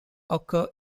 occur